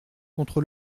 contre